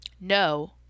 no